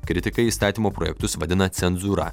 kritikai įstatymo projektus vadina cenzūra